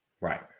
Right